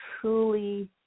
truly